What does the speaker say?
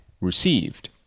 received